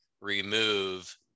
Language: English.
remove